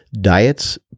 diets